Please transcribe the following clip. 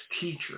teacher